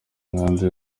imihanda